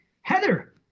Heather